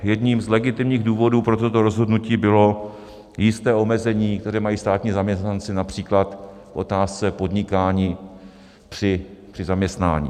Jedním z legitimních důvodů pro toto rozhodnutí bylo jistě omezení, které mají státní zaměstnanci například v otázce podnikání při zaměstnání.